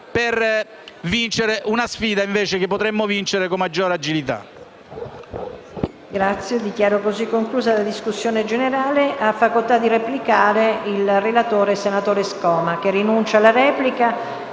per vincere una sfida che potremmo vincere invece con maggiore agilità.